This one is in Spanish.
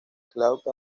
claude